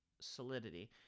solidity